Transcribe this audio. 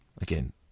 Again